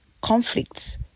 Conflicts